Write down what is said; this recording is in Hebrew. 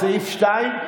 סעיף 2?